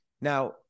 Now